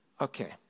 okay